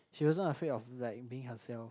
she wasn't afraid of like being herself